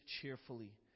cheerfully